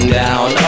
down